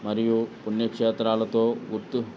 మరియు పుణ్యక్షేత్రాలతో గుర్తు